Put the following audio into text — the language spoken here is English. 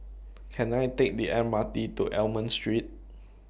Can I Take The M R T to Almond Street